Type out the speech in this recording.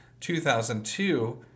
2002